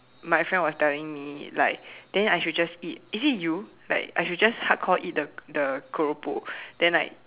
my friend was telling me like then I should just eat is it you like I should just hardcore eat the the keropok then like